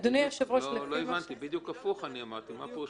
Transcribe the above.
לא הבנתי, אני אמרתי בדיוק הפוך.